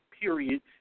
period